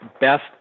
best